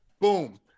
Boom